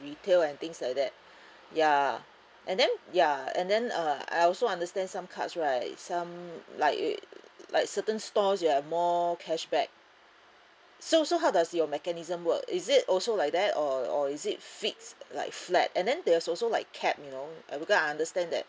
retail and things like that ya and then ya and then uh I also understand some cards right some like it like certain stores you have more cashback so so how does your mechanism work is it also like that or or is it fixed like flat and then there's also like cap you know because I understand that